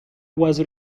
was